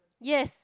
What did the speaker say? yes